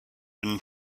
been